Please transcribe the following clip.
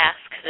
Ask